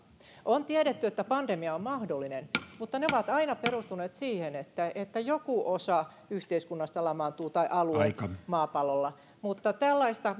on tiedetty että pandemia on mahdollinen mutta se on aina perustunut siihen että että joku osa yhteiskunnasta tai alue maapallolla lamaantuu tällaista